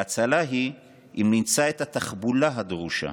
וההצלה היא אם נמצא את התחבולה הדרושה,